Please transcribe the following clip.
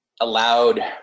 allowed